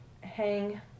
hang